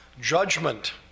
judgment